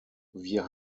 wir